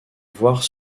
voir